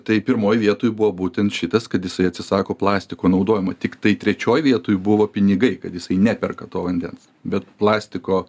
tai pirmoj vietoj buvo būtent šitas kad jisai atsisako plastiko naudojimo tiktai trečioj vietoj buvo pinigai kad jisai neperka to vandens bet plastiko